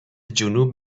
جنوب